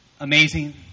Amazing